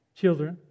children